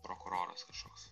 prokuroras kažkoks